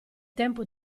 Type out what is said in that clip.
tempo